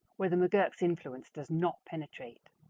where the mcgurk's influence does not penetrate.